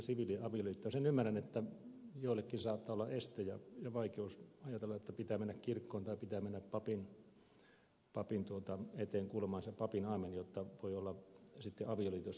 sen ymmärrän että joillekin saattaa olla este ja vaikeus ajatella että pitää mennä kirkkoon tai pitää mennä papin eteen kuulemaan se papin aamen jotta voi olla avioliitossa